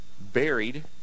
Buried